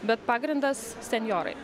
bet pagrindas senjorai